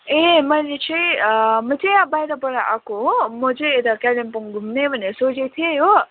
ए मैले चाहिँ म चाहिँ यहाँ बाहिरबाट आएको हो म चाहिँ यता कालिम्पोङ घुम्ने भनेर सोचेको थिएँ हो